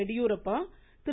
Yediyurappa Thiru